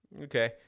Okay